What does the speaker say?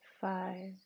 five